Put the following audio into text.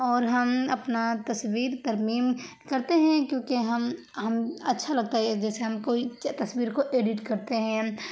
اور ہم اپنا تصویر ترمیم کرتے ہیں کیوں کہ ہم ہم اچھا لگتا ہے جیسے ہم کوئی تصویر کو ایڈٹ کرتے ہیں